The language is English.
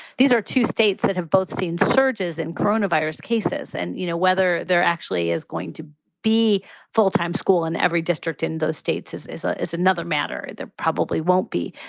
these are two states that have both seen surges in coronavirus cases. and, you know, whether there actually is going to be full time school in every district in those states, as is, ah is another matter. there probably won't be.